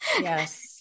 Yes